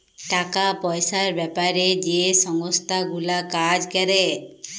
টাকা পয়সার বেপারে যে সংস্থা গুলা কাজ ক্যরে